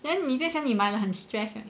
then 你变成买了很 stress leh